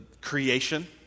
creation